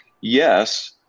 yes